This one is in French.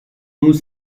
nous